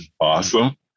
Awesome